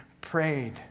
prayed